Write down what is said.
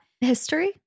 History